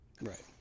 right